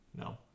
No